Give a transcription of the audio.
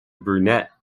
brunette